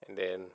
and then